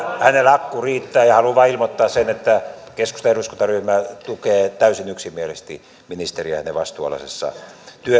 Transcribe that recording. akku riittää haluan vain ilmoittaa sen että keskustan eduskuntaryhmä tukee täysin yksimielisesti ministeriä hänen vastuunalaisessa